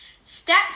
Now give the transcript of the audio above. Step